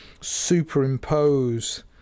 superimpose